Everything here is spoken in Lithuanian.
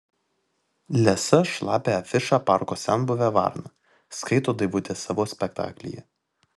lesa šlapią afišą parko senbuvė varna skaito daivutė savo spektaklyje